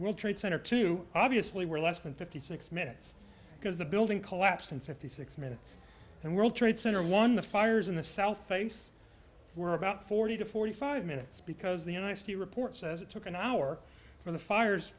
world trade center two obviously were less than fifty six minutes because the building collapsed in fifty six minutes and world trade center one the fires in the south face were about forty to forty five minutes because the nic report says it took an hour for the fires